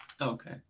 Okay